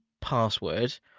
password